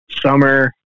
summer